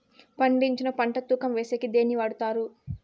పండించిన పంట తూకం వేసేకి దేన్ని వాడతారు?